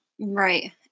right